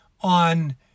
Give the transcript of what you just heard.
on